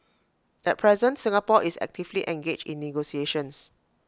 at present Singapore is actively engaged in negotiations